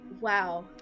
Wow